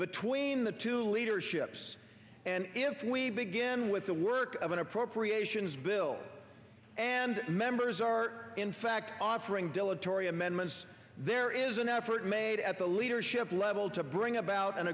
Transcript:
between the two leaderships and if we begin with the work of an appropriations bill and members are in fact offering dilatory amendments there is an effort made at the leadership level to bring about an